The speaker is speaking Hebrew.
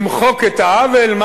למחוק את העוול,